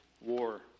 war